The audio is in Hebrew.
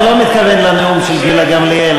אני לא מתכוון לנאום של גילה גמליאל,